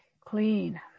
clean